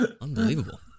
Unbelievable